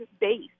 base